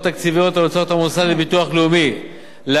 להקדמת גיל הפרישה לקבוצה המוצעת משמעות תקציבית